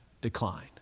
decline